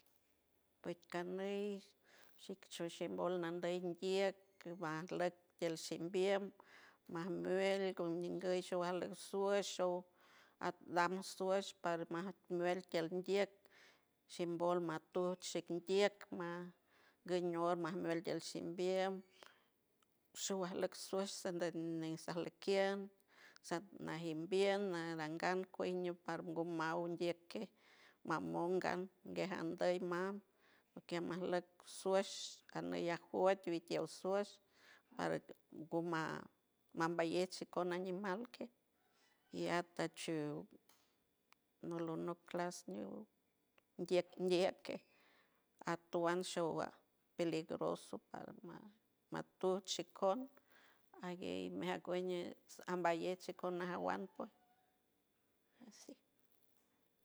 Pue ganey shic shimbol ndey ndiek co ba basloc tiel shimbiem mas mel gu guñinguy swal shueso at dam shues pat mar mel tiel ndieck shim bal matu shec ndiec ma guiñow ma mel shim biem shua sloc suas satndi ney lequiem sat najiem biem na rangay cue ño par go ma ndiek que ma mongon que jandoy mam que amasloc shues ganey ajuet wit tiel shues par go maa mambeyets shicon animal que yeat ta shu no lo loc clas niw ndiek ndiejet que atowan sho wa peligroso pa ma tu sho shicow aguey ma jey wey ambeyet shicon najawuan pue.